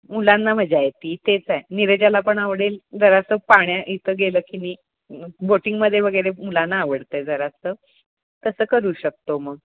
मुलांना मजा येते तेच आहे निरजाला पण आवडेल जरासं पाण्यात इथं गेलं की नी बोटिंगमध्ये वगैरे मुलांना आवडतं आहे जरासं तसं करू शकतो मग